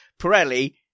Pirelli